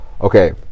okay